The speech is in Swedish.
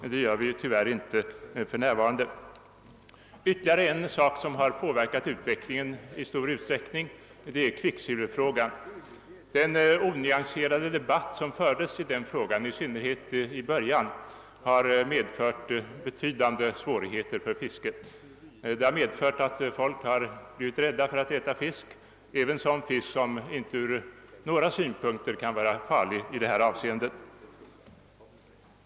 Det kan man för närvarande inte. Ytterligare en sak som påverkat utvecklingen i stor utsträckning är kvicksilverfrågan. Den onyanserade debatt som förts i den frågan, i synnerhet till en början, har medfört betydande svårigheter för fisket. Folk blev rädda för att äta fisk — även sådan fisk som inte från några synpunkter kan vara farlig i det avseendet.